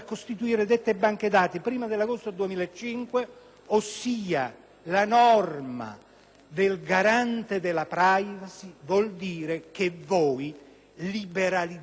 (ossia la norma del garante per la *privacy*) vuol dire che voi liberalizzate le molestie telefoniche. Le famiglie,